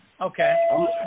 Okay